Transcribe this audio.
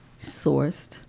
sourced